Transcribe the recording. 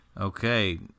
Okay